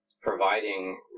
providing